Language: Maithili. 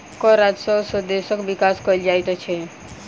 कर राजस्व सॅ देशक विकास कयल जाइत छै